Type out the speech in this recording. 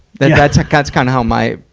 that's, that's like that's kind of how my,